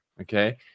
Okay